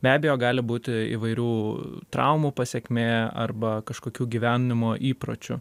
be abejo gali būti įvairių traumų pasekmė arba kažkokių gyvenimo įpročių